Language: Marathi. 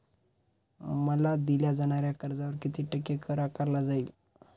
मला दिल्या जाणाऱ्या कर्जावर किती टक्के कर आकारला जाईल?